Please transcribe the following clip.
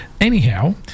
Anyhow